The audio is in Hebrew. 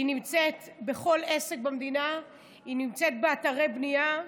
היא נמצאת בכל עסק במדינה, היא נמצאת באתרי בנייה,